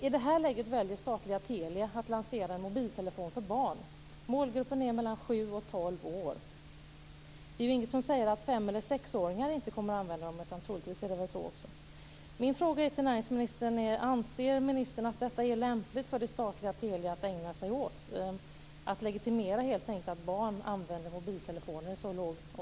I det här läget väljer statliga Telia att lansera en mobiltelefon för barn. Målgruppen är 7-12-åringar. Det finns ju inget som säger att fem eller sexåringar inte kommer att använda dem, utan troligtvis blir det väl så också.